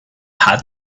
had